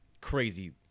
crazy